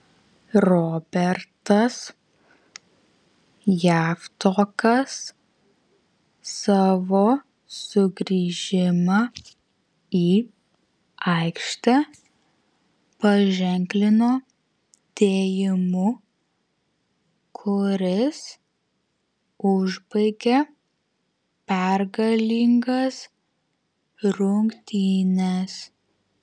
robertas javtokas savo sugrįžimą į aikštę paženklino dėjimu kuris užbaigė pergalingas rungtynes